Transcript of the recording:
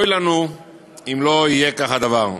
אוי לנו אם לא כך יהיה הדבר.